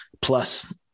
plus